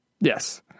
Yes